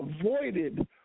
avoided